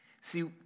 See